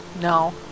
No